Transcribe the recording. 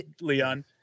Leon